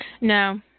No